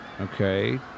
Okay